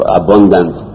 abundance